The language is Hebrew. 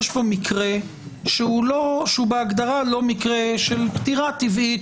יש פה מקרה שהוא בהגדרה לא מקרה של פטירה טבעית,